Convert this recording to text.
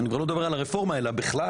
אני כבר לא מדבר על הרפורמה אלא בכלל,